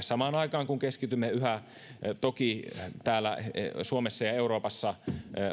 samaan aikaan kun keskitymme toki yhä täällä suomessa ja euroopassa